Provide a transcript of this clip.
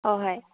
ꯍꯣꯏ ꯍꯣꯏ